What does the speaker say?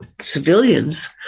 civilians